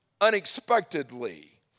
unexpectedly